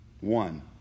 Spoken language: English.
one